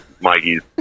Mikey's